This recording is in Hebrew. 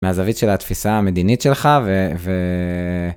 מהזווית של התפיסה המדינית שלך,